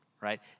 right